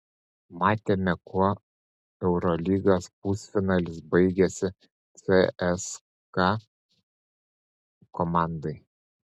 matėme kuo eurolygos pusfinalis baigėsi cska komandai